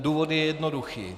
Důvod je jednoduchý.